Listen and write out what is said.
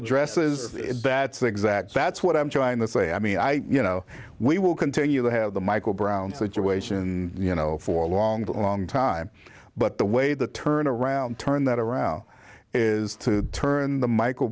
exactly that's what i'm trying to say i mean i you know we will continue to have the michael brown situation you know for a long long time but the way the turnaround turned that around is to turn the michael